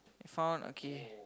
we found okay